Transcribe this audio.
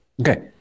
Okay